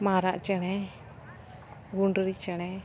ᱢᱟᱨᱟᱜ ᱪᱮᱬᱮ ᱜᱩᱸᱰᱨᱤ ᱪᱮᱬᱮ